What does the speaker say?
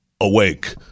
awake